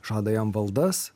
žada jam valdas